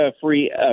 free